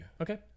Okay